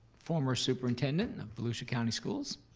former superintendent and of volusia county schools.